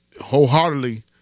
wholeheartedly